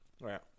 right